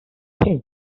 him